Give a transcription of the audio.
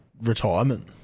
retirement